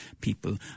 people